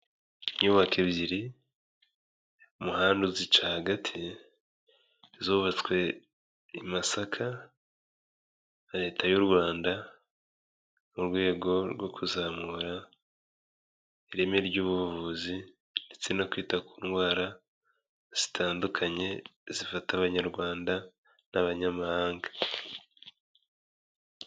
Inyubako ebyiri, umuhanda uzica hagati, zubatswe i Masaka, Leta y'u Rwanda mu rwego rwo kuzamura ireme ry'ubuvuzi, ndetse no kwita ku ndwara zitandukanye zifata Abanyarwanda n'Abanyamahanga.